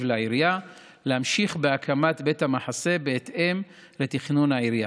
לעירייה להמשיך בהקמת בית המחסה בהתאם לתכנון העירייה.